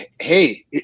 hey